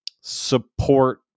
support